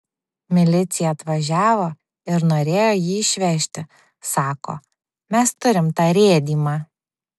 milicija atvažiavo ir norėjo jį išvežti sako mes turim tą rėdymą